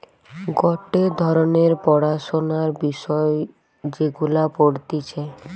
গটে ধরণের পড়াশোনার বিষয় যেগুলা পড়তিছে